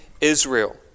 Israel